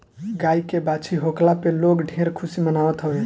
गाई के बाछी होखला पे लोग ढेर खुशी मनावत हवे